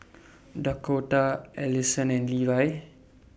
Dakotah Alyson and Levie